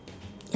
yup